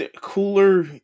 cooler